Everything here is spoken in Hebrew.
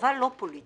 הצבא לא פוליטי.